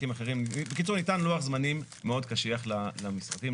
בקיצור, ניתן לוח זמנים מאוד קשיח למשרדים.